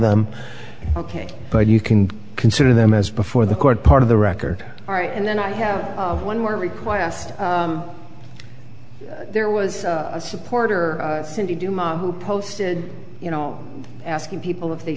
them ok but you can consider them as before the court part of the record all right and then i have one more request there was a supporter cindy dumas who posted you know asking people if they